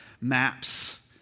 Maps